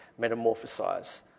metamorphosize